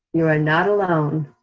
you are not alone.